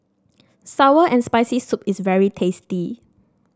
sour and Spicy Soup is very tasty